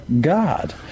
God